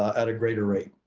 at a greater rate.